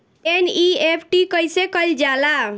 NEFT कइसे कइल जाला?